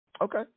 Okay